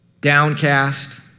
downcast